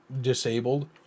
disabled